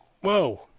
Whoa